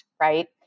right